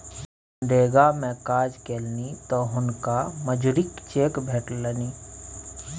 मनरेगा मे काज केलनि तँ हुनका मजूरीक चेक भेटलनि